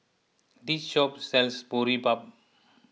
this shop sells Boribap